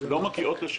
לא מגיעות לשם.